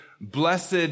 blessed